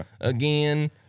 again